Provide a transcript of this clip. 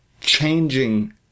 changing